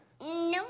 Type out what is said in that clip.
No